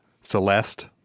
Celeste